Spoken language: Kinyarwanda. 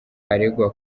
aregwa